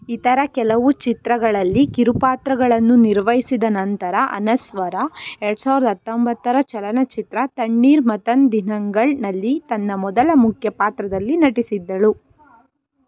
ಇತರ ಕೆಲವು ಚಿತ್ರಗಳಲ್ಲಿ ಕಿರುಪಾತ್ರಗಳನ್ನು ನಿರ್ವಹಿಸಿದ ನಂತರ ಅನಸ್ವರ ಎರಡು ಸಾವಿರದ ಹತ್ತೊಂಬತ್ತರ ಚಲನಚಿತ್ರ ತಣ್ಣೀರ್ ಮತನ್ ದಿನಂಗಳ್ನಲ್ಲಿ ತನ್ನ ಮೊದಲ ಮುಖ್ಯ ಪಾತ್ರದಲ್ಲಿ ನಟಿಸಿದ್ದಳು